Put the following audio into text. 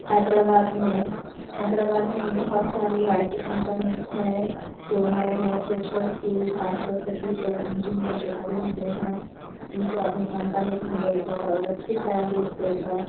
حیدرآباد میں حیدرآباد میں بھی بہت ساری آئی ٹی کمپنیز ہے جو نئے نئے فریشرز کو خاص طور سے بی ٹیک انجینیئر جو کرے ہوئے ہیں اُن کو اپنے کمپنیز میں لے کر اور اچھی سیلریز دے کر